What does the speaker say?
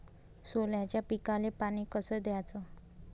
सोल्याच्या पिकाले पानी कस द्याचं?